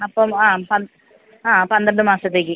അപ്പം ആ ആ പന്ത്രണ്ട് മാസത്തേക്ക്